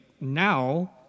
now